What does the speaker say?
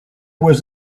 was